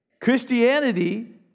Christianity